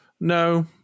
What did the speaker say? no